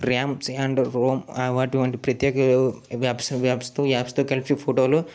Ram and ROM అటువంటి ప్రత్యేక webs webs ఆప్స్తో కలిపి ఫోటోలు